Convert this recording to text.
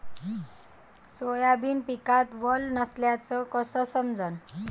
Soybean पिकात वल नसल्याचं कस समजन?